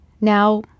Now